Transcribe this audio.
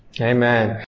Amen